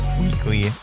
weekly